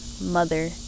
mother